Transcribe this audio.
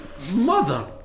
Mother